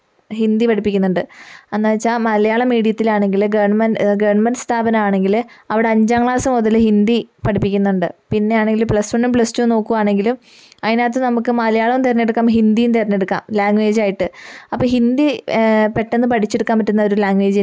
ഹിന്ദി പഠിപ്പിക്കുന്നുണ്ട് എന്ന് വെച്ചാൽ മലയാളം മീഡിയത്തിൽ ആണെങ്കിലും ഗവർമെന്റ് ഗവർമെന്റ് സ്ഥാപനം ആണെങ്കിൽ അവിടെ അഞ്ചാം ക്ലാസ് മുതൽ ഹിന്ദി പഠിപ്പിക്കുന്നുണ്ട് പിന്നെ ആണെങ്കിൽ പ്ലസ് വണ്ണും പ്ലസ് ടുവും നോക്കുവാണെങ്കിൽ അതിനകത്തു നമുക്ക് മലയാളവും തിരഞ്ഞെടുക്കാം ഹിന്ദിയും തിരഞ്ഞെടുക്കാം ലാങ്ഗ്വേജ് ആയിട്ട് അപ്പൊൾ ഹിന്ദി പെട്ടെന്ന് പഠിച്ചെടുക്കാൻ പറ്റുന്ന ഒരു ലാങ്ഗ്വേജ് തന്നെയാണ്